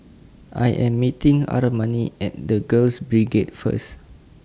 I Am meeting Armani At The Girls Brigade First